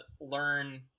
learn